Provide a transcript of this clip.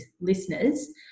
listeners